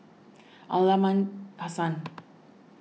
Aliman Hassan